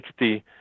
60